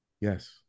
yes